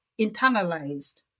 internalized